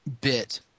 bit